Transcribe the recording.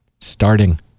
starting